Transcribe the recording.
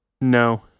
no